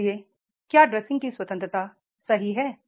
इसलिए क्या ड्रेसिंग की स्वतंत्रता सही है